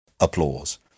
applause